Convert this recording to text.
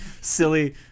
silly